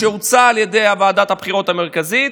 שהוצע על ידי ועדת הבחירות המרכזית,